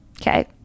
Okay